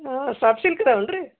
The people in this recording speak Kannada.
ಹಾಂ ಸಾಫ್ಟ್ ಸಿಲ್ಕ್ ಇದಾವೇನು ರಿ